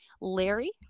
larry